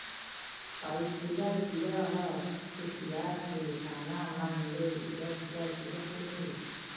पाइपिला कीरा ह खुसियार के पाना मन ले रस ल चूंहक लेथे